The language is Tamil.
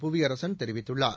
புவியரசன் தெரிவித்துள்ளார்